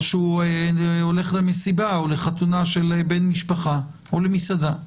או שהוא הולך למסיבה או לחתונה של בן משפחה או למסעדה.